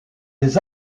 des